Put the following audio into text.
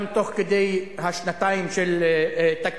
גם תוך כדי השנתיים של תקציב.